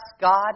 God